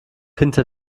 hinter